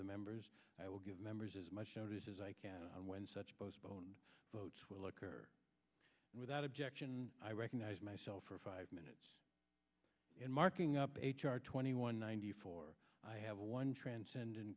the members i will give members as much notice as i can when such postponed votes will occur without objection i recognize myself for five minutes in marking up h r twenty one ninety four i have one transcend